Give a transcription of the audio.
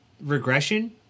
regression